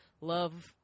love